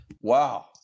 wow